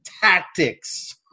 tactics